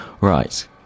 Right